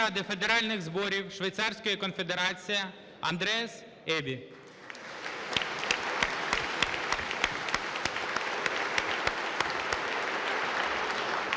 Федеральних Зборів Швейцарської Конфедерації Андреас Ебі.